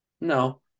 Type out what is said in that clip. no